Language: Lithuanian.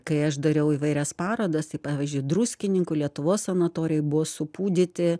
kai aš dariau įvairias parodas tai pavyzdžiui druskininkų lietuvos sanatorijoj buvo supūdyti